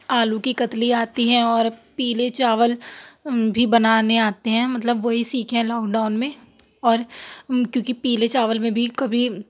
آلو کی کتلی آتی ہیں اور پیلے چاول بھی بنانے آتے ہیں مطلب وہی سیکھے ہیں لاک ڈاؤن میں اور کیونکہ پیلے چاول میں بھی کبھی